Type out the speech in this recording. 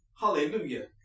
Hallelujah